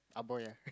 Ah boy ah